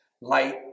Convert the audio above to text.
light